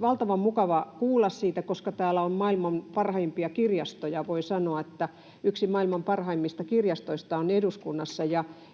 valtavan mukava kuulla, koska tämä on maailman parhaimpia kirjastoja. Voi sanoa, että yksi maailman parhaimmista kirjastoista on eduskunnassa,